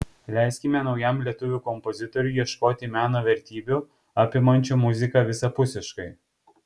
leiskime naujam lietuvių kompozitoriui ieškoti meno vertybių apimančių muziką visapusiškai